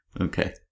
Okay